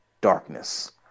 darkness